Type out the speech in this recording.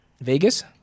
vegas